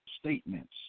statements